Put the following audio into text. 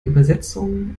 übersetzung